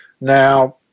Now